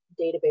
database